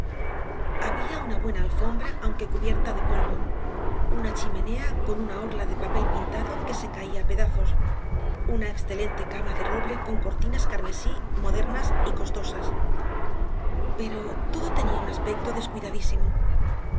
abía una buena alfombra aunquecubierta depolvo una chimenea con una orla depapelpintado quese caía a pedazos una excelente cama de roble con cortinas carmesí modernas y costosas pero todo tenía un aspecto descuidadísimo